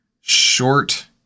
Short